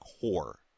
core